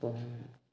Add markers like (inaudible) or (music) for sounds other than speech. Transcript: (unintelligible)